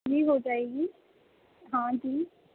جی ہو جائے گی ہاں جی